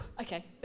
okay